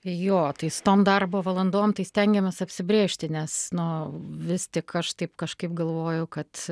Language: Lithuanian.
jo tai su tom darbo valandom tai stengiamės apsibrėžti nes nu vis tik aš taip kažkaip galvoju kad